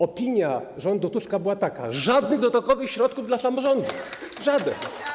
Opinia rządu Tuska była taka: żadnych dodatkowych środków dla samorządów, żadnych.